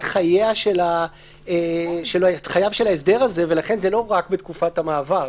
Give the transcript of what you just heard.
חייו של ההסדר הזה ולכן זה לא רק בתקופת המעבר.